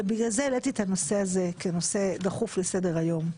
ובגלל זה העליתי את הנושא הזה כנושא דחוף לסדר היום.